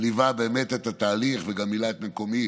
שליווה באמת את התהליך וגם מילא את מקומי